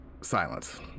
Silence